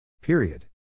Period